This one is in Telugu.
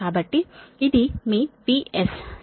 కాబట్టి ఇది మీ VS 7